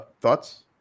Thoughts